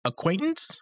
Acquaintance